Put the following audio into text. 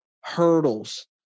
hurdles